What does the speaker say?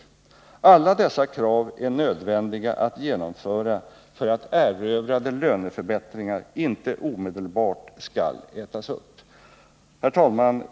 Alla dessa krav är nödvändiga att genomföra för att erövrade löneförbättringar inte omedelbart skall ätas upp. Herr talman!